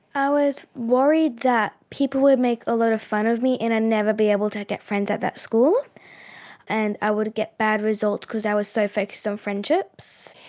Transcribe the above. i was worried that people would make a lot of fun of me and i'd never be able to get friends at that school and i would get bad results because i was so focused on friendships.